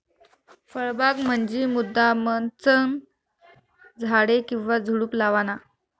फळबाग म्हंजी मुद्दामचं झाडे किंवा झुडुप लावाना